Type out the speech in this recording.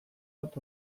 bat